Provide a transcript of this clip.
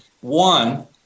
one